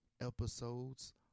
episodes